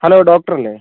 hello doctor അല്ലേ